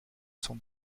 son